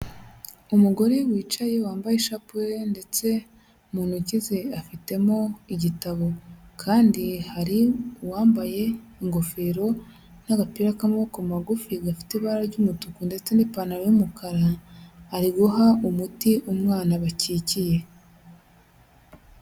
Umugore wicaye wambaye ishapure ndetse mu ntoki ze, afitemo igitabo kandi hari uwambaye ingofero n'agapira k'amaboko magufi gafite ibara ry'umutuku ndetse n'ipantaro y'umukara, ari guha umuti umwana bakikiye.